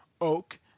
oak